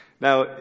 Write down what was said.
Now